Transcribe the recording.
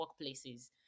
workplaces